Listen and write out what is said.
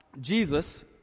Jesus